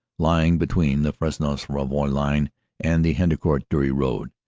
lying between the fresnes-rouvroy line and the hendecourt-dury road,